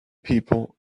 people